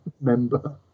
member